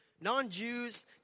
Non-Jews